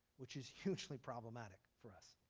which is hugely problematic for us.